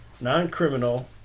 non-criminal